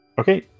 Okay